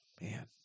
man